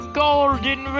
golden